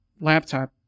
laptop